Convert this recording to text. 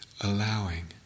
allowing